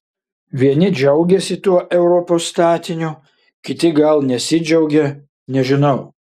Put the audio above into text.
vieni džiaugiasi tuo europos statiniu kiti gal nesidžiaugia nežinau